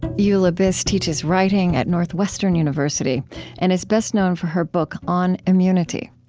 eula biss teaches writing at northwestern university and is best known for her book on immunity.